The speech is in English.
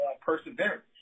perseverance